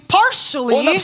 partially